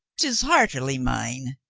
tis heartily mine.